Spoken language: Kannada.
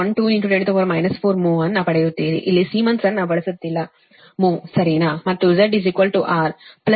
12 10 4 ಮ್ಹೋ ಅನ್ನು ಪಡೆಯುತ್ತೀರಿಇಲ್ಲಿ ಸೀಮೆನ್ಸ್ ಅನ್ನು ಬಳಸುತ್ತಿಲ್ಲ ಮ್ಹೋ ಸರಿನಾ ಮತ್ತು Z R j X ಬಳಸಿ